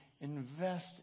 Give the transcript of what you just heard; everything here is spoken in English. invest